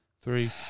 Three